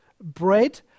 bread